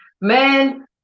Man